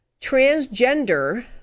transgender